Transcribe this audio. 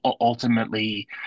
ultimately